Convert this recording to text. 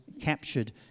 captured